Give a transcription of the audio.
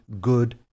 good